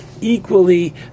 equally